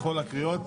בכל הקריאות